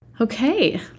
Okay